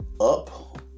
up